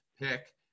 pick